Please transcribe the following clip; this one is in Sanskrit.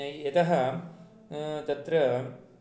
यतः तत्र